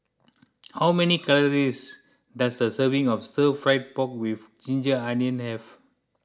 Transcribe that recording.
how many calories does a serving of Stir Fry Pork with Ginger Onions have